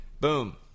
boom